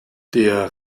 der